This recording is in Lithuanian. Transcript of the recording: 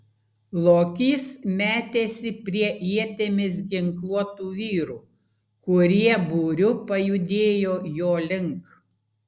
lokys metėsi prie ietimis ginkluotų vyrų kurie būriu pajudėjo jo link